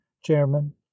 Chairman